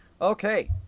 okay